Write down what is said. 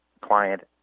client